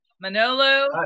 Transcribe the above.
Manolo